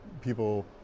people